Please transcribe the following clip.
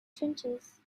trenches